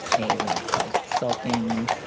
a like sulking,